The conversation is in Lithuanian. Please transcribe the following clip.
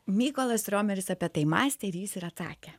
mykolas romeris apie tai mąstė ir jis ir atsakė